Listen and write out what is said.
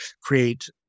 create